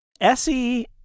SE